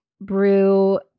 brew